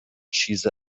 چیز